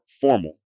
formal